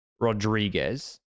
Rodriguez